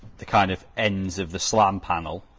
the kind of ends of the slam panel,